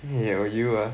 ya you ah